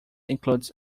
includes